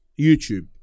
YouTube